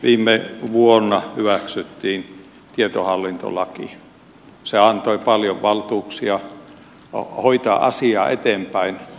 viime vuonna hyväksyttiin tietohallintolaki se antoi paljon valtuuksia hoitaa asiaa eteenpäin